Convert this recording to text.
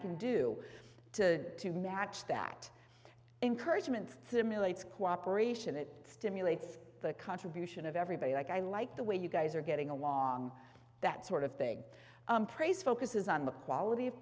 can do to to match that encouragement simulates cooperation it stimulates the contribution of everybody like i like the way you guys are getting along that sort of big praise focuses on the quality of